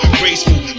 graceful